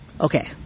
Okay